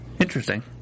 Interesting